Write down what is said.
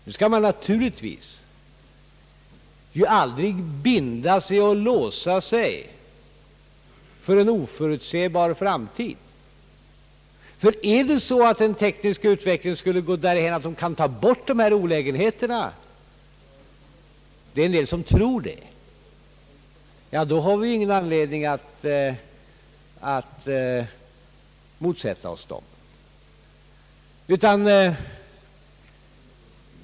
Nu skall man naturligtvis aldrig binda sig och låsa sig för en oförutsebar framtid. Skulle den tekniska utveck lingen gå därhän att olägenheterna kunde elimineras — en del tror så — har vi ingen anledning att motsätta oss överljudsplanen.